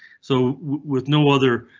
so with no other.